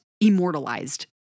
immortalized